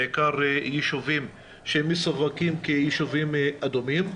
בעיקר יישובים שמסווגים כיישובים אדומים.